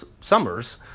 summers